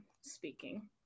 speaking